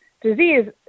disease